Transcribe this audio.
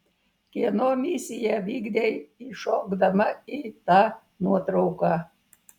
kieno misiją vykdei įšokdama į tą nuotrauką